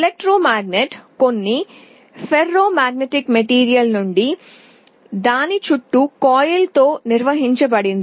విద్యుదయస్కాంతం కొన్ని ఫెర్రోఅయస్కాంత పదార్థాల నుండి దాని చుట్టూ కాయిల్తో నిర్మించబడింది